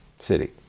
city